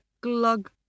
glug